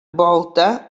volta